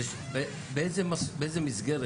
באיזה מסגרת?